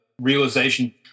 realization